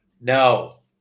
No